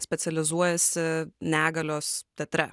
specializuojasi negalios teatre